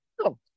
No